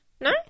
No